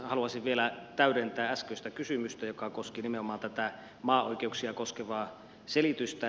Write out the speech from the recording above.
haluaisin vielä täydentää äskeistä kysymystä joka koski nimenomaan tätä maaoikeuksia koskevaa selitystä